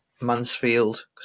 Mansfield